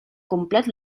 complet